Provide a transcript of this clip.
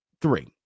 Three